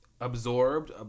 absorbed